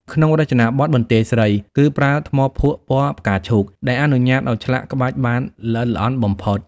ក្នុងរចនាបថបន្ទាយស្រី គឺប្រើថ្មភក់ពណ៌ផ្កាឈូកដែលអនុញ្ញាតឱ្យឆ្លាក់ក្បាច់បានល្អិតល្អន់បំផុត។